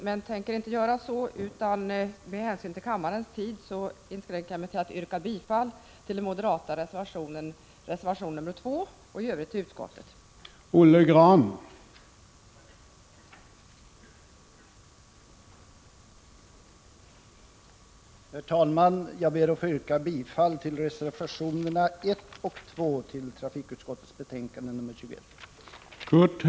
Men med hänsyn till kammarens tid inskränker jag mig till att yrka bifall till den moderata reservationen — reservation nr 2 — och i övrigt till utskottets hemställan.